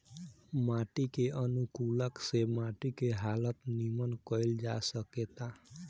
माटी के अनुकूलक से माटी के हालत निमन कईल जा सकेता